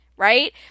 Right